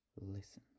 Listen